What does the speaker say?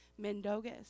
Mendogas